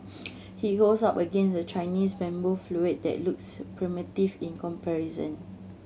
he holds up against a Chinese bamboo flute that looks primitive in comparison